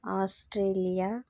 Australia